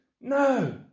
No